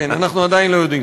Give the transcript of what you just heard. כן, אנחנו עדיין לא יודעים.